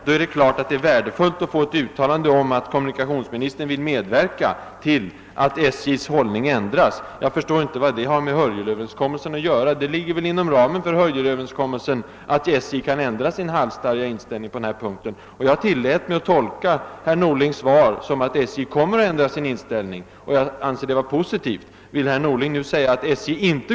Då är det naturligtvis värdefullt att få ett uttalande om att kommunikationsministern vill medverka till att SJ:s hållning ändras. Jag förstår inte vad det har med Hörjelöverenskommelsen att göra. Det ligger väl inom ramen för Hörjelöverenskommelsen att SJ kan ändra sin halsstarriga inställning på den här punkten. Jag tillät mig tolka herr Norlings svar så, att SJ kommer att ändra sin inställning, och det ansåg jag vara positivt.